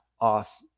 off